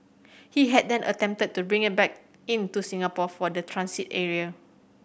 he had then attempted to bring it back in to Singapore for the transit area